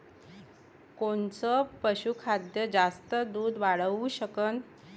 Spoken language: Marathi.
कोनचं पशुखाद्य जास्त दुध वाढवू शकन?